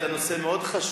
הנושא מאוד חשוב.